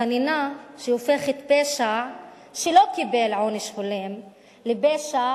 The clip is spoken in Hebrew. חנינה שהופכת פשע שלא קיבל עונש הולם לפשע